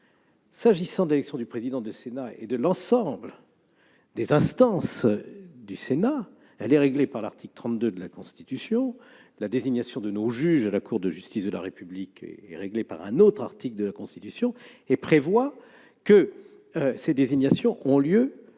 ce débat ? L'élection du président du Sénat et de l'ensemble des instances de notre assemblée est réglée par l'article 32 de la Constitution ; la désignation de nos représentants à la Cour de justice de la République est réglée par un autre article de la Constitution. Il est prévu que ces désignations ont lieu